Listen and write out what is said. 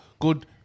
good